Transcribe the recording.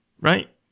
Right